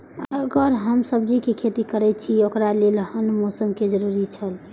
अगर हम सब्जीके खेती करे छि ओकरा लेल के हन मौसम के जरुरी छला?